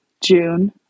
June